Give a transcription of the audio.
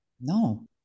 No